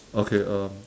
okay um